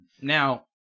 Now